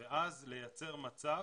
ואז לייצר מצב,